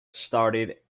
started